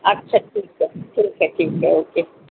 अच्छा ठीक आहे ठीक आहे ठीक आहे ओके